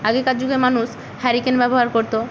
আগেকার যুগে মানুষ হ্যারিকেন ব্যবহার করত